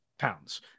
Pounds